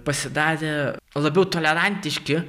pasidarė labiau tolerantiški